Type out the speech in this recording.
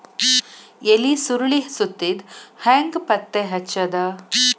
ಎಲಿ ಸುರಳಿ ಸುತ್ತಿದ್ ಹೆಂಗ್ ಪತ್ತೆ ಹಚ್ಚದ?